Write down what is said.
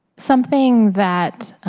something that,